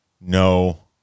No